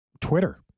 Twitter